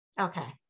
Okay